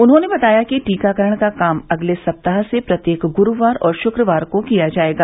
उन्होंने बताया कि टीकाकरण का काम अगले सप्ताह से प्रत्येक गुरूवार और शुक्रवार को किया जायेगा